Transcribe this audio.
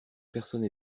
personne